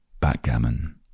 Backgammon